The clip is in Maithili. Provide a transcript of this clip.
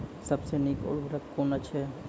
सबसे नीक उर्वरक कून अछि?